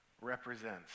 represents